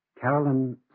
Carolyn